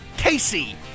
Casey